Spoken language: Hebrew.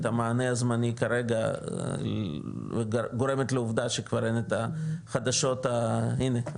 המענה הזמני כרגע וגורמת לעובדה שכבר אין את החדשות ה- הנה,